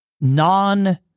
non